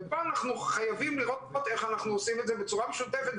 פה אנחנו חייבים לראות איך אנחנו עושים את זה בצורה משותפת.